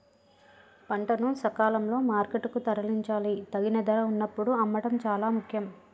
పంటను సకాలంలో మార్కెట్ కు తరలించాలి, తగిన ధర వున్నప్పుడు అమ్మడం చాలా ముఖ్యం